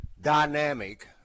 dynamic